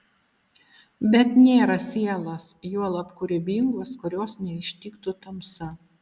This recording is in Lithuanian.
bet nėra sielos juolab kūrybingos kurios neištiktų tamsa